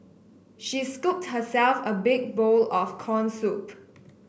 she scooped herself a big bowl of corn soup